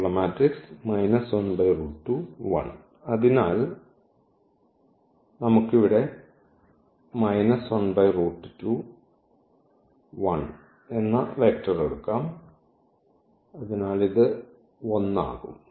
അതിനാൽ നമുക്ക് ഇവിടെ വെക്റ്റർ എടുക്കാം അതിനാൽ ഇത് 1 ആകും